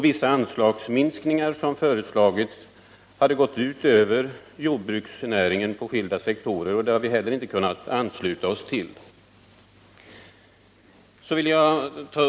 Vissa anslagsminskningar som föreslagits hade gått ut över jordbruksnäringen på skilda sektorer. Detta har vi inte kunnat ansluta oss till.